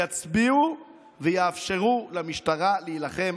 יצביעו ויאפשרו למשטרה להילחם